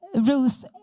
Ruth